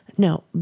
No